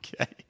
Okay